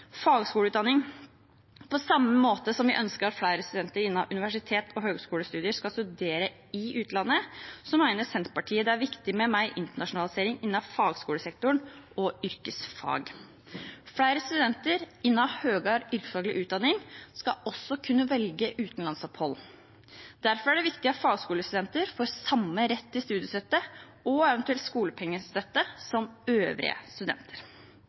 fagskoleutdanning: På samme måte som vi ønsker at flere studenter innen universitets- og høgskolestudier skal studere i utlandet, mener Senterpartiet det er viktig med mer internasjonalisering innen fagskolesektoren og yrkesfag. Flere studenter innen høyere yrkesfaglig utdanning skal også kunne velge utenlandsopphold. Derfor er det viktig at fagskolestudenter får samme rett til studiestøtte og eventuelt skolepengestøtte som øvrige studenter.